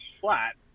flat